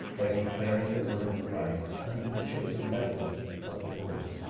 by declaring the word of christ unto the chosen vessels of the lord,